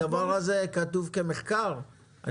הדבר הזה כתוב כמחקר?